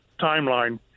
timeline